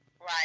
Right